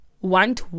want